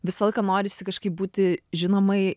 visą laiką norisi kažkaip būti žinomai